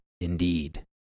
indeed